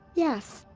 yes,